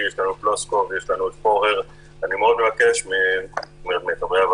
חוק ומשפט עמלנו ויצרנו את תיקון מס' 18 לחוק הכשרות